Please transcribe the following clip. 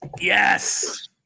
yes